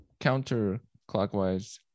counterclockwise